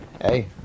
hey